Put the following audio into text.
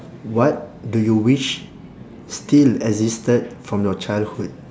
what do you wish still existed from your childhood